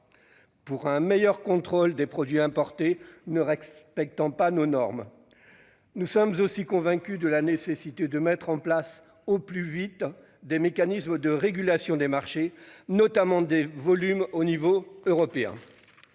pour un meilleur contrôle des produits importés ne respectant pas nos normes. Nous sommes aussi convaincus qu'il est nécessaire de mettre en place au plus vite des mécanismes de régulation des marchés, et notamment des volumes au niveau européen.